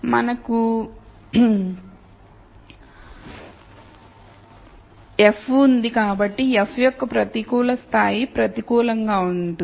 మనకు యొక్క f ఉంది కాబట్టి f యొక్క ప్రతికూల స్థాయి ప్రతికూలంగా ఉంటుంది